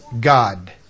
God